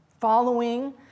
following